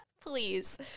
Please